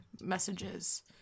messages